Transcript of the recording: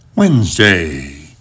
Wednesday